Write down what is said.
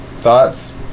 thoughts